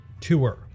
tour